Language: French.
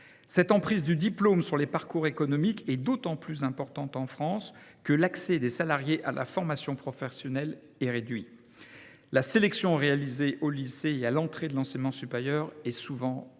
Cette emprise du diplôme sur les parcours économiques est d’autant plus cruciale en France que l’accès des salariés à la formation professionnelle est restreint. La sélection réalisée au lycée et à l’entrée de l’enseignement supérieur est souvent